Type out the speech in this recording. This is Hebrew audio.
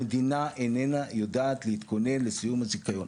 המדינה איננה יודעת להתכונן לסיום הזיכיון.